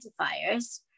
identifiers